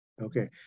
Okay